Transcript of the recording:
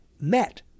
met